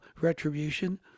Retribution